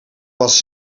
was